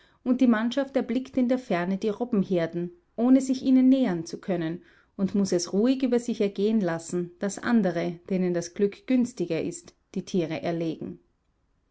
und die mannschaft erblickt in der ferne die robbenherden ohne sich ihnen nähern zu können und muß es ruhig über sich ergehen lassen daß andere denen das glück günstiger ist die tiere erlegen